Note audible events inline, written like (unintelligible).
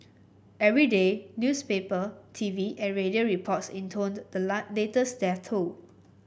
every day newspaper T V and radio reports intoned the (unintelligible) latest death toll